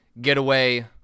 getaway